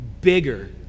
bigger